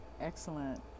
Excellent